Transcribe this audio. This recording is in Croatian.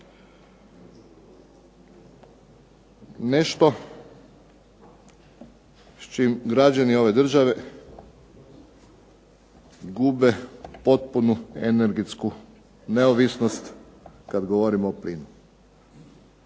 nešto s čim građani ove države gube potpunu energetsku neovisnost kad govorimo o plinu.